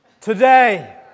today